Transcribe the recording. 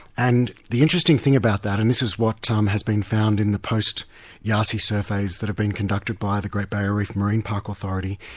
and the interesting thing about that, and this is what um has been found in the post-yasi yeah ah surveys that have been conducted by the great barrier reef marine park authority,